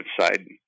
side